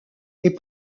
est